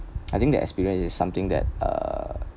I think that experience is something that uh